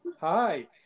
Hi